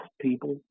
people